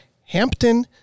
Hampton